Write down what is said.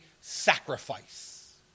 sacrifice